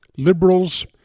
Liberals